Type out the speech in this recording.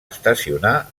estacionar